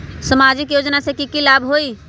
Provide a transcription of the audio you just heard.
सामाजिक योजना से की की लाभ होई?